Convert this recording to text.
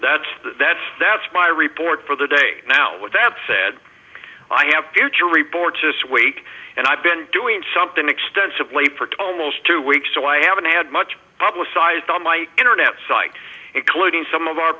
that that that's my report for the day now with that said i have to reboard to this week and i've been doing something extensively for almost two weeks so i haven't had much publicized on my internet site including some of our